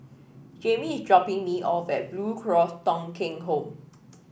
Jayme is dropping me off at Blue Cross Thong Kheng Home